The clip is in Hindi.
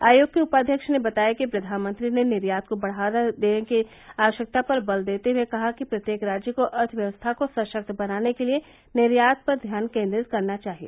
आयोग के उपाध्यक्ष ने बताया कि प्रधानमंत्री ने निर्यात को बढ़ावा देने की आवश्यकता पर बल देते हुए कहा कि प्रत्येक राज्य को अर्थव्यवस्था को सशक्त बनाने के लिए निर्यात पर ध्यान केंद्रित करना चाहिए